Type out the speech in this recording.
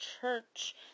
church